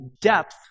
depth